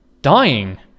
dying